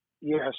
Yes